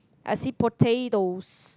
I see potatoes